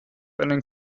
einen